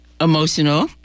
emotional